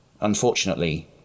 Unfortunately